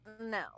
no